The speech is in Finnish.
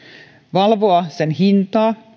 valvoa sen hintaa